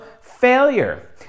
failure